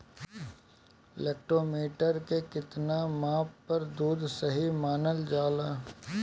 Lactometer के कितना माप पर दुध सही मानन जाला?